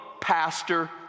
pastor